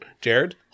Jared